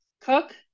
Cook